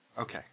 Okay